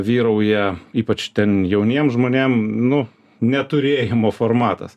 vyrauja ypač ten jauniem žmonėm nu neturėjimo formatas